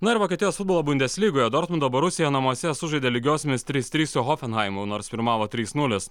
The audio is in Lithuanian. na ir vokietijos futbolo bundes lygoje dortmundo borusija namuose sužaidė lygiosiomis trys trys su hofenhaimu nors pirmavo trys nulis